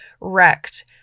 wrecked